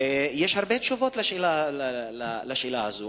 ויש הרבה תשובות על השאלה הזאת.